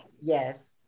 Yes